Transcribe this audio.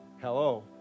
Hello